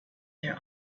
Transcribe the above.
their